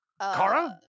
Kara